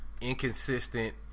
inconsistent